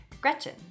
GRETCHEN